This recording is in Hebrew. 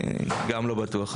גם לא בטוח.